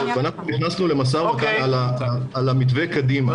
ואנחנו נכנסנו למשא ומתן על המתווה קדימה.